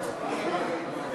אני כן נמצא.